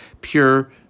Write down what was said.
pure